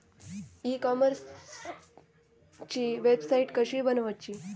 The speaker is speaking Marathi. ई कॉमर्सची वेबसाईट कशी बनवची?